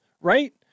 right